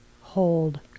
hold